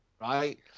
Right